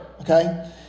okay